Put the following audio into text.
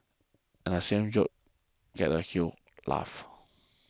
and the same joke gets a huge laugh